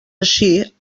així